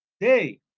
day